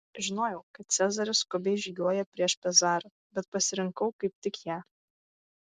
žinojau kad cezaris skubiai žygiuoja prieš pezarą bet pasirinkau kaip tik ją